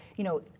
you know,